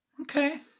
Okay